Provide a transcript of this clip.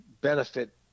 benefit